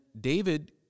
David